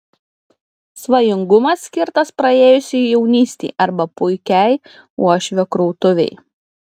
svajingumas skirtas praėjusiai jaunystei arba puikiai uošvio krautuvei